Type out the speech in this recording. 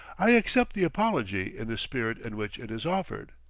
i accept the apology in the spirit in which it is offered.